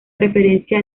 referencia